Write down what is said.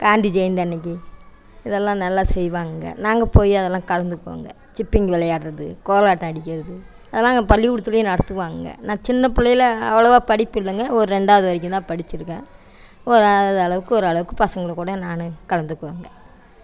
காந்தி ஜெயந்தி அன்னைக்கு இதெல்லாம் நல்லா செய்வாங்கங்க நாங்கள் போய் அதெல்லாம் கலந்துக்குவோம்ங்க ஷிப்பிங் விளையாடுறது கோலாட்டம் அடிக்கிறது அதெல்லாம் பள்ளிக்கூடத்துலேயும் நடத்துவாங்கங்க நான் சின்ன பிள்ளையில அவ்வளவா படிப்பு இல்லைங்க ஒரு ரெண்டாவது வரைக்கும்தான் படித்திருக்கேன் ஒரு அளவுக்கு ஓரளவுக்கு பசங்கள் கூட நான் கலந்துக்குவேங்க